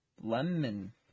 Lemon